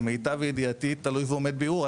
למיטב ידיעתי תלוי ועומד בירור.